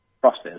process